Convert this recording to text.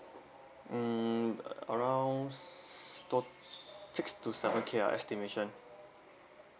mm around s~ to~ six to seven K ah estimation